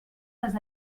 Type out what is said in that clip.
les